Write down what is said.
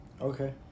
Okay